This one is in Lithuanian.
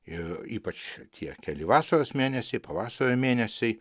ir ypač tie keli vasaros mėnesiai pavasario mėnesiai